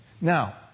Now